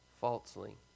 falsely